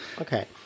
Okay